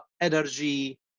energy